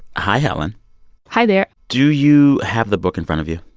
hi, helen hi there do you have the book in front of you?